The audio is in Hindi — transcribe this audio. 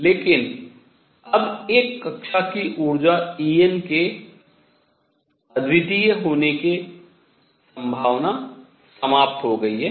लेकिन अब एक कक्षा की ऊर्जा En के अद्वितीय होने की संभावना समाप्त हो गई है